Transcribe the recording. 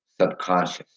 subconscious